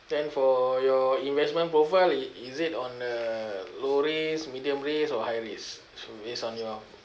then for your investment profile i~ is it on a low risk medium risk or high risk so based on your